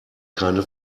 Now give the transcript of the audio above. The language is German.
keine